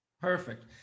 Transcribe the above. Perfect